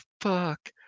fuck